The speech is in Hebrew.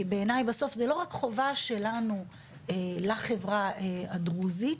בעיניי, בסוף, זו לא רק חובה שלנו לחברה הדרוזית,